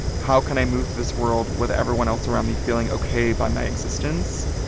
how can i move through this world with everyone else around me feeling ok by my existence?